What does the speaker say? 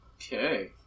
Okay